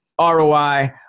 ROI